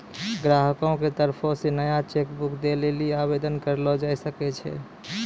ग्राहको के तरफो से नया चेक बुक दै लेली आवेदन करलो जाय सकै छै